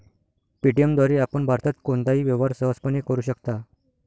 Paytm द्वारे आपण भारतात कोणताही व्यवहार सहजपणे करू शकता